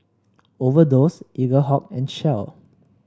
Overdose Eaglehawk and Shell